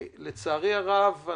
לצערי הרב,